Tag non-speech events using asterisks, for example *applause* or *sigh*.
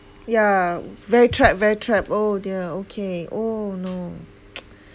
ya very trapped very trapped oh dear okay oh no *noise*